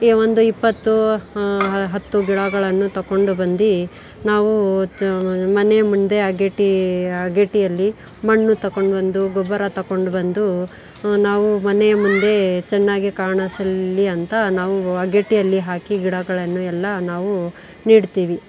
ಒಂದು ಇಪ್ಪತ್ತು ಹತ್ತು ಗಿಡಗಳನ್ನು ತಗೊಂಡು ಬಂದು ನಾವು ಚ ಮನೆ ಮುಂದೆ ಅಗೇಡಿ ಅಗೇಡಿಯಲ್ಲಿ ಮಣ್ಣು ತಕೊಂಡು ಬಂದು ಗೊಬ್ಬರ ತಕೊಂಡು ಬಂದು ನಾವು ಮನೆಯ ಮುಂದೆ ಚೆನ್ನಾಗಿ ಕಾಣಸಲಿ ಅಂತ ನಾವು ಅಗೇಡಿಯಲ್ಲಿ ಹಾಕಿ ಗಿಡಗಳನ್ನು ಎಲ್ಲ ನಾವು ನೆಡ್ತೀವಿ